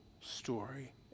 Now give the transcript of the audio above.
story